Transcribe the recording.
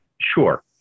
sure